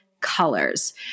colors